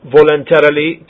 voluntarily